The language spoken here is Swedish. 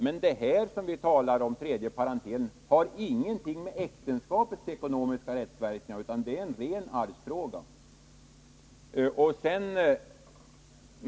Men tredje parentelen har ingenting med äktenskapets ekonomiska rättsverkningar att göra, utan där är det en ren arvsfråga.